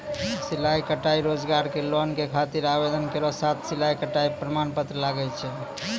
सिलाई कढ़ाई रोजगार के लोन के खातिर आवेदन केरो साथ सिलाई कढ़ाई के प्रमाण पत्र लागै छै?